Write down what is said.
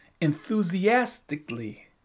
enthusiastically